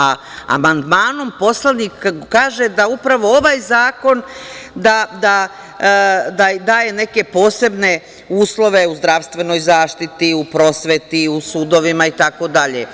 A amandmanom poslanik kaže da upravo ovaj zakon daje neke posebne uslove u zdravstvenoj zaštiti, u prosveti, u sudovima, itd.